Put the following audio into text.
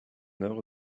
œuvre